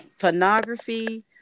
Pornography